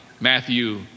Matthew